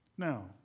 Now